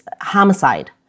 homicide